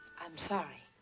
i'm sorry.